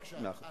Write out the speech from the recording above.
בבקשה.